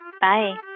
Bye